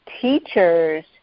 teachers